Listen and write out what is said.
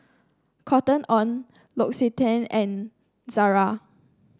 Cotton On L'Occitane and Zara